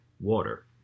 water